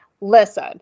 Listen